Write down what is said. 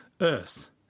Earth